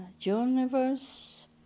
universe